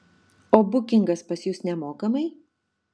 o bukingas pas jus nemokamai